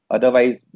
Otherwise